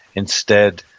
instead,